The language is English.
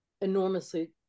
enormously